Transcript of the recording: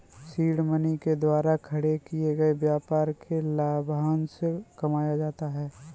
seed money के द्वारा खड़े किए गए व्यापार से लाभांश कमाया जाता है